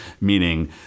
meaning